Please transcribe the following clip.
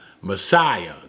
Messiah